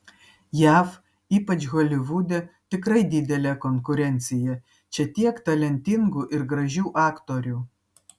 jav ypač holivude tikrai didelė konkurencija čia tiek talentingų ir gražių aktorių